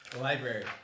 library